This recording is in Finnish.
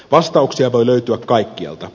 vastauksia voi löytyä kaikkialta